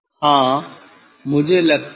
हाँ मुझे लगता है